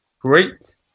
Great